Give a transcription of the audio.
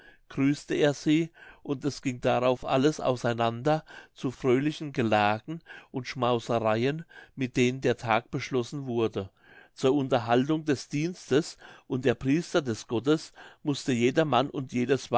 grüßte er sie und es ging darauf alles aus einander zu fröhlichen gelagen und schmausereien mit denen der tag beschlossen wurde zur unterhaltung des dienstes und der priester des gottes mußte jeder mann und